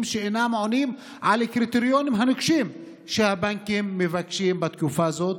שאינם עונים על הקריטריונים הנוקשים שהבנקים מבקשים בתקופה זו,